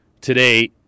today